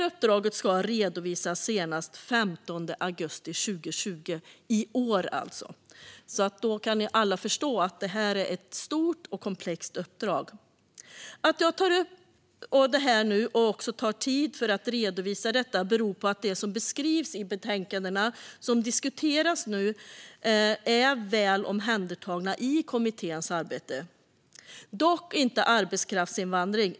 Uppdraget ska redovisas senast den 15 augusti 2020, alltså i år. Då kan ni alla förstå att det här är ett stort och komplext uppdrag. Att jag tar upp tid med att redovisa detta beror på att det som beskrivs i betänkandena, och som diskuteras nu, är väl omhändertaget i kommitténs arbete, dock inte arbetskraftsinvandringen.